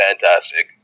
fantastic